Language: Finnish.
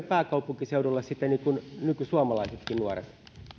pääkaupunkiseudulle sitten niin kuin nykysuomalaiset nuoret